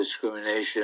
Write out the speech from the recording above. discrimination